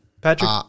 Patrick